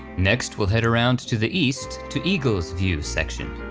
next we'll head around to the east, to eagle's view section.